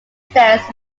stands